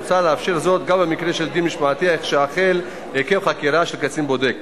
מוצע לאפשר זאת גם במקרה של דין משמעתי שהחל עקב חקירה של קצין בודק.